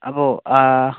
അപ്പോൾ ആ